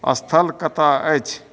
स्थल कतय अछि